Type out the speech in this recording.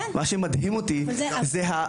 מה שמדהים אותי זה --- כן.